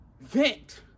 Vent